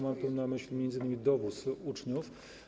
Mam tu na myśli m.in. dowóz uczniów.